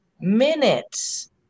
minutes